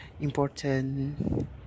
important